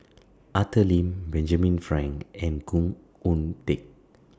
Arthur Lim Benjamin Frank and Khoo Oon Teik